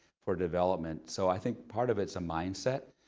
for development. so i think part of it's a mindset.